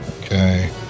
Okay